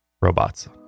robots